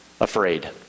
afraid